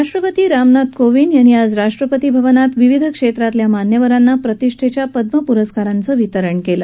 राष्ट्रपती रामनाथ कोविंद यांनी आज राष्ट्रपती भवनात विविध क्षेत्रातल्या मान्यवरांना प्रतिष्ठेच्या पद्य पुरस्कारांचं वितरण केलं